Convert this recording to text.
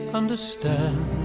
understand